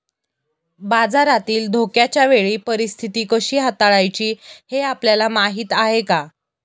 बाजारातील धोक्याच्या वेळी परीस्थिती कशी हाताळायची हे आपल्याला माहीत आहे का?